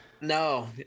No